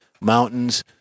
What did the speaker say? mountains